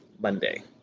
Monday